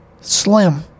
Slim